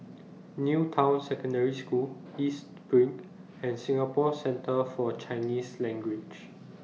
New Town Secondary School East SPRING and Singapore Centre For Chinese Language